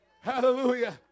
Hallelujah